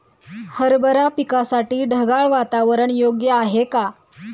हरभरा पिकासाठी ढगाळ वातावरण योग्य आहे का?